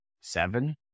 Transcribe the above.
seven